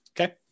Okay